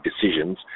decisions